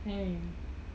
can already